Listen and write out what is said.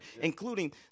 including